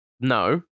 No